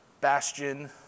bastion